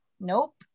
Nope